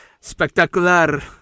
Spectacular